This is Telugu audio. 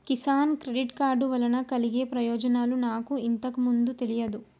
కిసాన్ క్రెడిట్ కార్డు వలన కలిగే ప్రయోజనాలు నాకు ఇంతకు ముందు తెలియదు